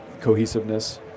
cohesiveness